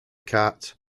cat